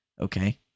Okay